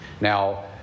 Now